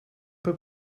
peu